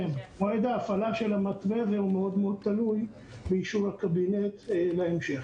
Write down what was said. ומועד ההפעלה של המתווה הזה מאוד מאוד תלוי באישור הקבינט להמשך.